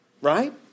right